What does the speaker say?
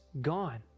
gone